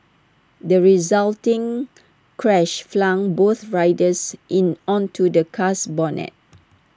the resulting crash flung both riders in onto the car's bonnet